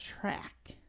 track